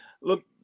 Look